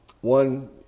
one